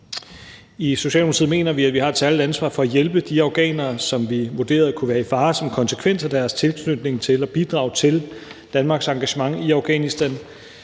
I Socialdemokratiet mener vi, at vi har et særligt ansvar for at hjælpe de afghanere, som vi vurderede kunne være i fare som konsekvens af deres tilknytning og bidrag til Danmarks engagement i Afghanistan.